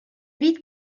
vite